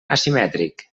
asimètric